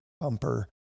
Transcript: bumper